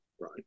Right